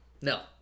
No